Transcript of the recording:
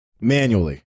manually